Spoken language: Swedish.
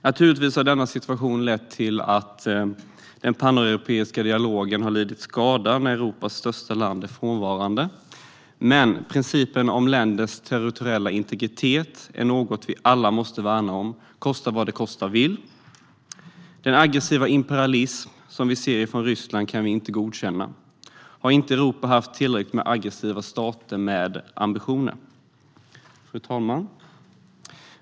Naturligtvis har denna situation lett till att den paneuropeiska dialogen har lidit skada när Europas största land är frånvarande. Men principen om länders territoriella integritet är något vi alla måste värna om, kosta vad det kosta vill. Den aggressiva imperialism som vi ser från Ryssland kan vi inte godkänna. Har inte Europa haft tillräckligt med aggressiva stater med ambitioner? Fru talman!